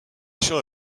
šel